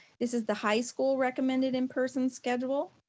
this is the high school recommended in-person schedule.